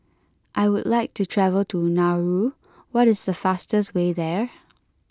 I would like to travel to Nauru what is the fastest way there